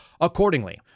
Accordingly